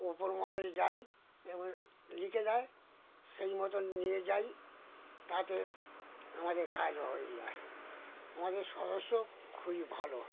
ওপর মহলে যাই এবং লিখে দেয় সেই মতন নিয়ে যাই তাতে আমাদের কাজও হয়ে যায় আমাদের সদস্য খুবই ভালো